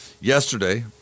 yesterday